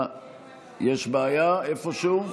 יש בעיה איפשהו?